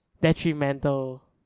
Detrimental